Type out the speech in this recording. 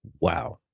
Wow